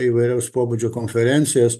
įvairaus pobūdžio konferencijas